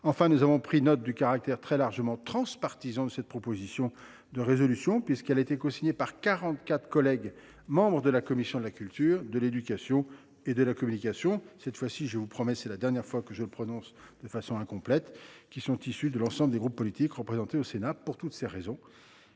Enfin, nous avons pris note du caractère très largement transpartisan de cette proposition de résolution, puisqu’elle a été cosignée par quarante quatre collègues membres de la commission de la culture, de l’éducation et de la communication – c’est la dernière fois que je prononce son intitulé de façon incomplète –, issus de l’ensemble des groupes politiques représentés au Sénat. Pour toutes ces raisons,